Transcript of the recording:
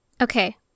Okay